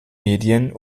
medien